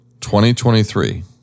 2023